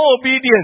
obedience